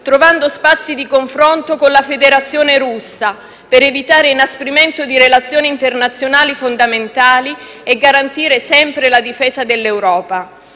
trovando spazi di confronto con la Federazione russa, per evitare l'inasprimento di relazioni internazionali fondamentali e garantire sempre la difesa dell'Europa,